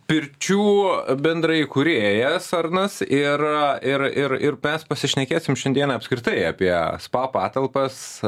pirčių bendrai įkūrėjas arnas ir ir ir ir mes pasišnekėsim šiandieną apskritai apie spa patalpas